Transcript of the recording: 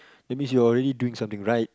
that's means you're already doing something right